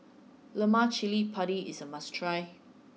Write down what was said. Lemak Cili Padi is a must try